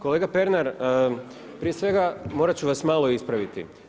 Kolega Pernar, prije svega morat ću vas malo ispraviti.